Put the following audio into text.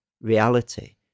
reality